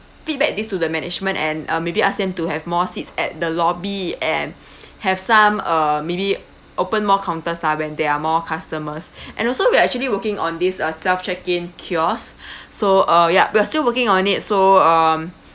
feedback this to the management and uh maybe ask them to have more seats at the lobby and have some uh maybe open more counters lah when there are more customers and also we are actually working on this uh self check-in kiosk so uh ya we're still working on it so um